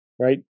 right